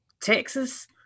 Texas